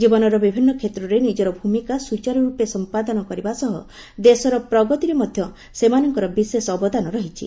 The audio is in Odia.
ଜୀବନର ବିଭିନ୍ନ କ୍ଷେତ୍ରରେ ନିଜର ଭୂମିକା ସୂଚାରୁ ରୂପେ ସମ୍ପାଦନ କରିବା ସହ ଦେଶର ପ୍ରଗତିରେ ମଧ୍ୟ ସେମାନଙ୍କର ବିଶେଷ ଅବଦାନ ରହିଛି